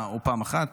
או פעם אחת,